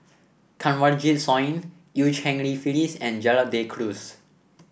Kanwaljit Soin Eu Cheng Li Phyllis and Gerald De Cruz